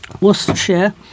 Worcestershire